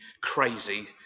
crazy